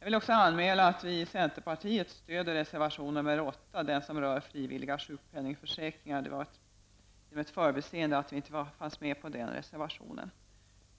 Jag yrkar bifall till reservation nr 4 om sjukpenning under utbildning. Jag vill också anmäla att vi i centerpartiet stöder reservation nr 8, som rör den frivilliga sjukpenningförsäkringen. Det är ett förbiseende som gjort att vi inte finns med bland reservanterna på den punkten.